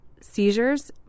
seizures